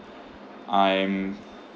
I'm